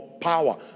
power